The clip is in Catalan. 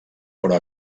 però